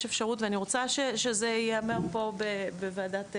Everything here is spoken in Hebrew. יש אפשרות, ואני רוצה שזה ייאמר פה בוועדת בריאות.